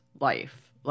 life